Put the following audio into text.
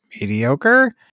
mediocre